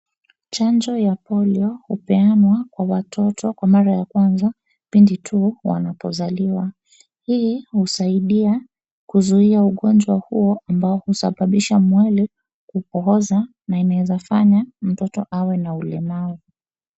Chanjo ya polio hupeanwa kwa watoto kwa mara ya kwanza pindi tu wanapozaliwa. Hii husaidia kuzuia ugonjwa huo ambao husababisha mwili kupooza na unaeza fanya mtoto awe na ulemavu.